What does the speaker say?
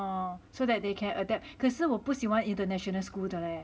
oh so that they can adapt 可是我不喜欢 international school 的嘞